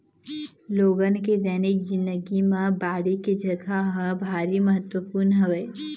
लोगन के दैनिक जिनगी म बाड़ी के जघा ह भारी महत्वपूर्न हवय